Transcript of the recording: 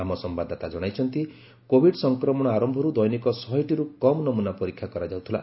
ଆମ ସମ୍ଭାଦଦାତା ଜଣାଇଛନ୍ତି କୋଭିଡ୍ ସଂକ୍ରମଣ ଆରୟରୁ ଦୈନିକ ଶହେଟିରୁ କମ୍ ନମୁନା ପରୀକ୍ଷା କରାଯାଉଥିଲା